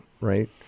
right